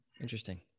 Interesting